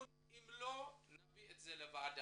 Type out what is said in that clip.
ואם לא יימצא פתרון נביא את זה לוועדה.